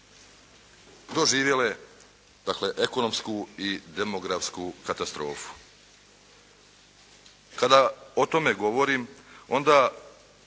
doživjele dakle, ekonomsku i demografsku katastrofu. Kada o tome govorim onda